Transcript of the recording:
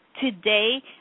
Today